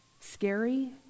scary